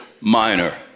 Minor